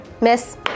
miss